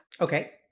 okay